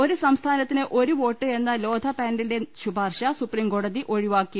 ഒരു സംസ്ഥാനത്തിന് ഒരു വോട്ട് എന്ന ലോധ പാനലിന്റെ ശുപാർശ സുപ്രീംകോടതി ഒഴിവാക്കി